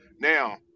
Now